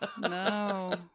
No